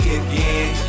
again